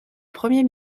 premier